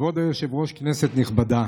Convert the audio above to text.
כבוד היושב-ראש, כנסת נכבדה,